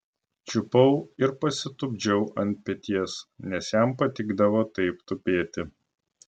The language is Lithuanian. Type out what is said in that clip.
čiupau ir pasitupdžiau ant peties nes jam patikdavo taip tupėti